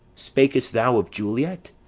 spakest thou of juliet?